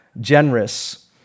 generous